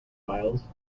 files